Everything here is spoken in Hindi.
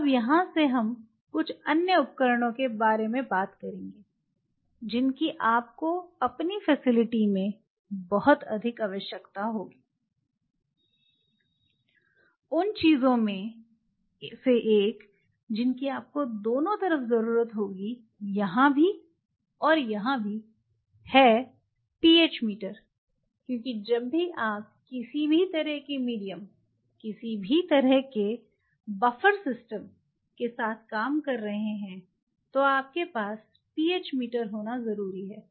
अब यहां से हम कुछ अन्य उपकरणों के बारे में बात करेंगे जिनकी आपको अपनी फैसिलिटी में बहुत अधिक आवश्यकता होगी उन चीजों में से एक जिनकी आपको दोनों तरफ जरूरत होगी यहां भी और यहां भी है pH मीटर क्योंकि जब भी आप किसी भी तरह के मीडियम किसी भी तरह के बफर सिस्टम के साथ काम कर रहे हैं तो आपके पास pH मीटर होना जरूरी है